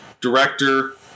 director